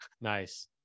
Nice